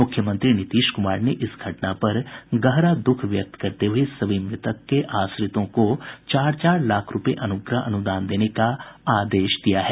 मुख्यमंत्री नीतीश कुमार ने इस घटना पर गहरा दुःख व्यक्त करते हुए सभी मृतकों के आश्रित को चार चार लाख रूपये अनुग्रह अनुदान देने का आदेश दिया है